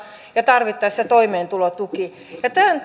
ja tarvittaessa toimeentulotuki tämän